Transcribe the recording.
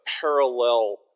parallel